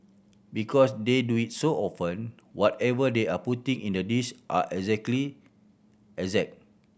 because they do it so often whatever they are putting in the dish are exactly exact